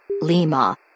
Lima